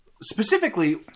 Specifically